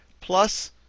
plus